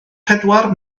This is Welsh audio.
pedwar